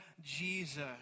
Jesus